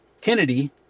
Kennedy